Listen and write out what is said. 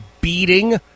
beating